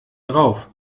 drauf